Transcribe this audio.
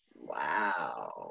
Wow